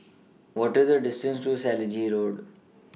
What IS The distance to Selegie Road